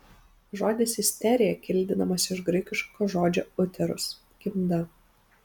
žodis isterija kildinamas iš graikiško žodžio uterus gimda